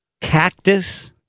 Cactus